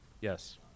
Yes